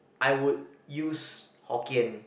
I would use Hokkien